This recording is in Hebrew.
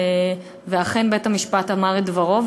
ואכן בית-המשפט אמר את דברו,